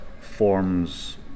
forms